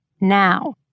Now